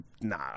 Nah